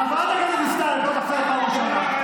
חברת הכנסת דיסטל, אני קורא אותך לסדר פעם ראשונה.